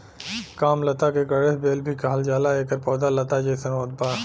कामलता के गणेश बेल भी कहल जाला एकर पौधा लता जइसन होत बा